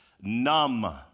numb